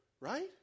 right